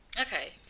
Okay